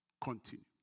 continue